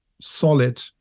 solid